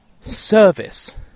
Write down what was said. service